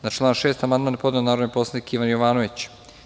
Na član 6. amandman je podneo narodni poslanik Ivan Jovanović.